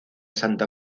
santa